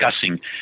discussing